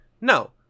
no